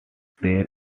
there